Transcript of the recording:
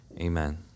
amen